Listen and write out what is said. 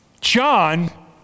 John